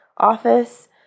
office